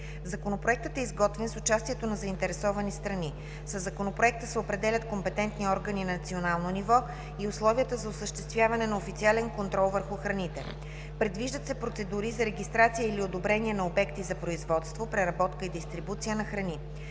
Законопроектът е изготвен с участието на заинтересовани страни. Със Законопроекта се определят компетентни органи на национално ниво и условията за осъществяване на официален контрол върху храните. Предвиждат се процедури за регистрация или одобрение на обекти за производство, преработка и дистрибуция на храни,